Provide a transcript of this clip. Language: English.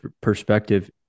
perspective